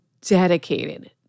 dedicated